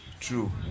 True